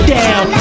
down